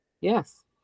Yes